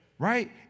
Right